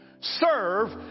serve